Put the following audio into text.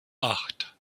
acht